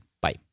Bye